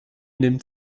nimmt